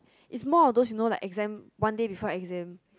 is more of those you know like exam one day before exam